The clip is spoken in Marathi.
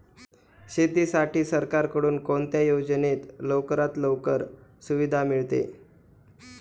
शेतीसाठी सरकारकडून कोणत्या योजनेत लवकरात लवकर सुविधा मिळते?